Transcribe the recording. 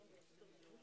בשעה 11:00.